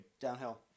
Downhill